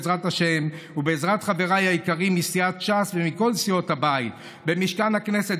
בעזרת השם ובעזרת חבריי היקרים מסיעת ש"ס ומכל סיעות הבית במשכן הכנסת,